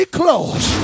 close